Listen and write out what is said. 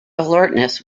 alertness